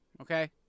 okay